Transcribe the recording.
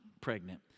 pregnant